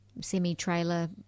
semi-trailer